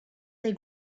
they